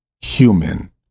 human